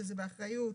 שזה באחריות